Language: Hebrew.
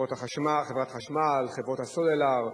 חברת החשמל, חברות הסלולר,